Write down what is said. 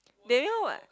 they know what